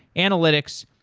analytics,